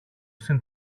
στην